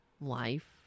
life